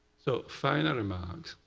so final remarks.